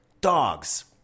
dogs